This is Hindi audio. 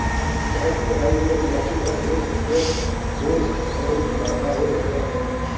शहद की कटाई के लिए मधुमक्खी ब्रश एक एस्केप बोर्ड और एक धुएं का बोर्ड उपकरण हैं